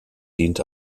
dient